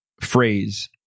phrase